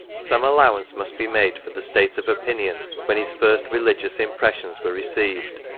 some allowance must be made for the state of opinion when his first religious impressions were received,